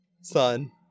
son